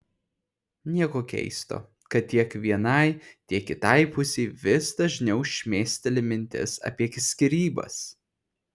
nieko keisto kad tiek vienai tiek kitai pusei vis dažniau šmėsteli mintis apie skyrybas